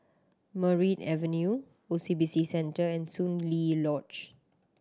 Merryn Avenue O C B C Centre and Soon Lee Lodge